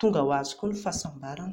tonga ho azy koa ny fahasambarana